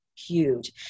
huge